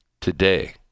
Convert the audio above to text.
Today